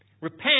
Repent